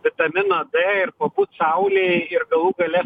vitamino d ir pabūt saulėj ir galų gale